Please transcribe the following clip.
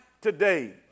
today